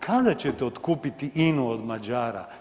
Kada ćete otkupiti INA-u od Mađara?